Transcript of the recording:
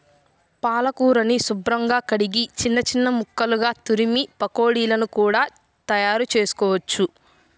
పాలకూరని శుభ్రంగా కడిగి చిన్న చిన్న ముక్కలుగా తురిమి పకోడీలను కూడా తయారుచేసుకోవచ్చు